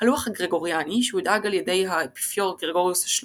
הלוח הגרגוריאני שהונהג על ידי האפיפיור גרגוריוס ה-13,